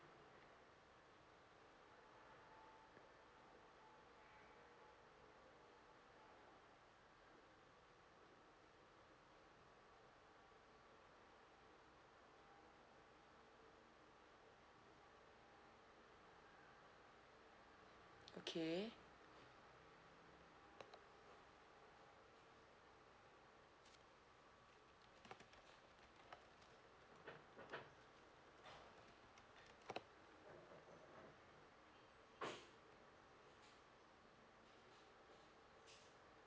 okay